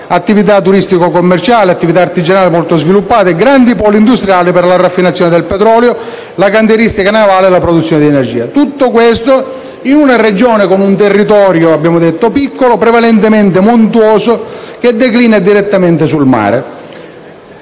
attività turistico-commerciali, attività artigianali sviluppate, grandi poli industriali per la raffinazione del petrolio, la cantieristica navale e la produzione di energia. Tutto questo in una Regione con un territorio piccolo, come abbiamo detto, prevalentemente montuoso che declina direttamente sul mare.